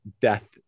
death